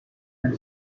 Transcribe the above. and